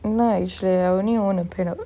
nice uh I only wanna pay now